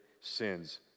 sins